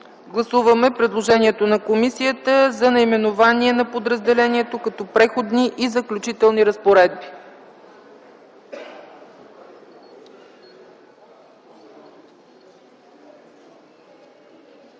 Гласуваме предложението на комисията за наименование на подразделението като „Преходни и заключителни разпоредби”.